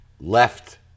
left